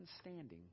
standing